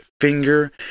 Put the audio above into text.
finger